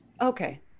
Okay